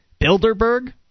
Bilderberg